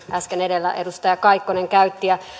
edellä edustaja kaikkonen käytti ja